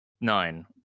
nine